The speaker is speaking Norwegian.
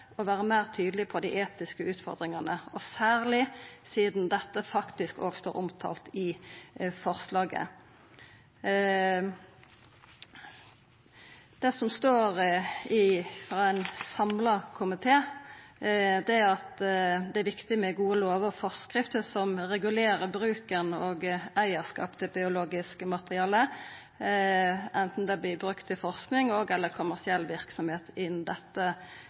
på dei etiske utfordringane, og særleg sidan dette faktisk òg står omtalt i forslaget. Det som står frå ein samla komité, er at det er viktig med gode lover og forskrifter som regulerer bruken av og eigarskapet til biologisk materiale, anten det vert brukt til forsking og/eller kommersiell verksemd innan dette